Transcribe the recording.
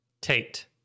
Tate